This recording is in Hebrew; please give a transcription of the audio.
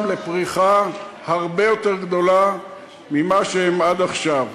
לפריחה הרבה יותר גדולה ממה שיש עד עכשיו.